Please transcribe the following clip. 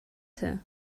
her